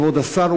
כבוד השר,